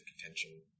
contention